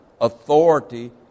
authority